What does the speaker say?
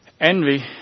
Envy